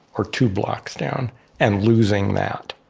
or two blocks down and losing that,